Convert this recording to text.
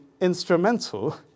instrumental